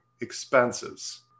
expenses